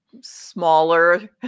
smaller